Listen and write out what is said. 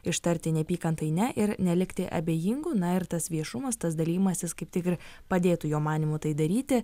ištarti neapykantai ne ir nelikti abejingu na ir tas viešumas tas dalijimasis kaip tik ir padėtų jo manymu tai daryti